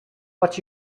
but